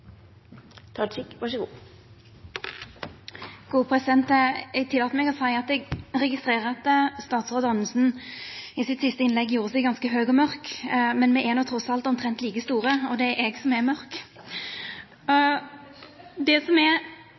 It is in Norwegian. Eg tillèt meg å seia at eg registrerer at statsråd Anundsen i sitt siste innlegg gjorde seg ganske høg og mørk, men me er trass alt omtrent like store, og det er eg som er mørk. Det som er